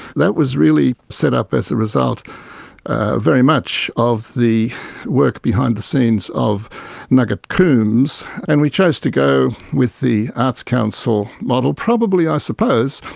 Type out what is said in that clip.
that was really set up as a result very much of the work behind the scenes of nugget coombs. and we chose to go with the arts council model, probably, i suppose,